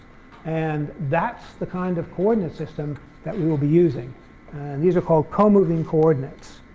and that's the kind of coordinate system that we will be using, and these are called comoving coordinates.